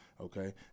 okay